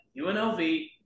UNLV